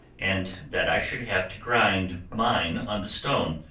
and that i should have to grind mine on the stone,